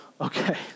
Okay